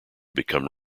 become